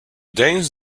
danes